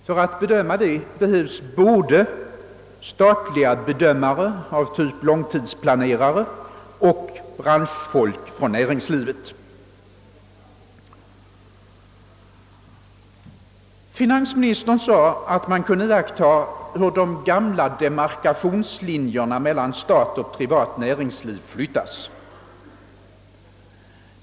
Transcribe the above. För att klara ut detta behövs det både statliga bedömare av typen långtidsplanerare och branschfolk från näringslivet. Finansministern sade att man kunde iaktta hur de gamla demarkationslinjerna mellan stat och privat näringsliv flyttas.